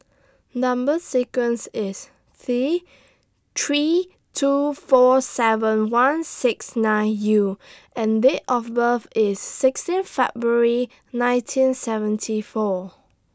Number sequence IS C three two four seven one six nine U and Date of birth IS sixteen February nineteen seventy four